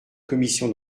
commission